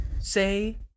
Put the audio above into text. Say